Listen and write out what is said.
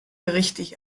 richtig